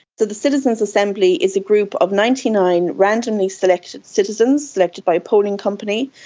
the the citizens assembly is a group of ninety nine randomly selected citizens selected by a polling company,